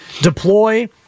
deploy